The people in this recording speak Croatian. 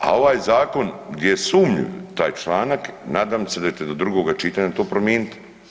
A ovaj zakon gdje je sumnjiv taj članak, nadam se da ćete do drugog čitanja to promijeniti.